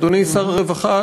אדוני שר הרווחה,